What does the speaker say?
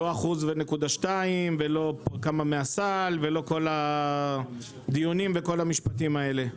לא 1.2% ולא כמה מהסל ולא כל הדיונים וכל המשפטים האלה.